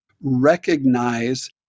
recognize